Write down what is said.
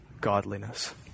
godliness